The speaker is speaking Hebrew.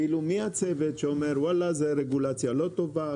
מי הצוות שאומר "וואלה זה רגולציה לא טובה,